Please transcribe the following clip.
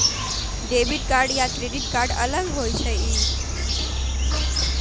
Debit card या credit card अलग होईछ ई?